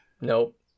Nope